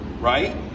right